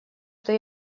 что